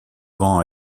vend